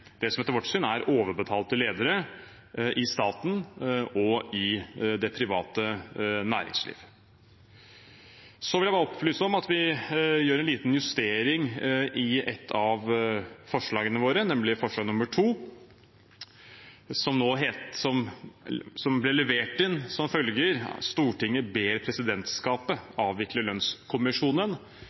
det som etter vårt syn er overbetalte ledere i staten og i det private næringsliv. Så vil jeg opplyse om at vi gjør en liten justering i et av forslagene våre, nemlig forslag nr. 4, som ble levert inn med følgende ordlyd: «Stortinget ber Presidentskapet avvikle Lønnskommisjonen».